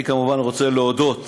אני כמובן רוצה להודות